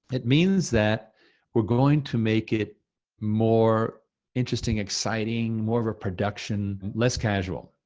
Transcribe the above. it means that we're going to make it more interesting, exciting, more of a production, less casual,